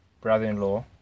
brother-in-law